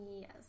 yes